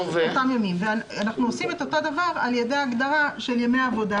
אנחנו עושים את אותו הדבר על ידי הגדרה של ימי עבודה,